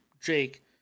Jake